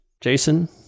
jason